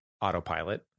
autopilot